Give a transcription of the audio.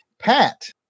Pat